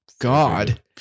God